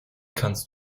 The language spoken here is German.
kannst